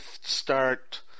start